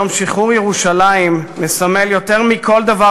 יום שחרור ירושלים מסמל יותר מכל דבר